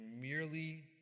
merely